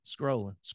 scrolling